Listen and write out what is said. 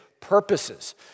Purposes